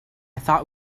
thought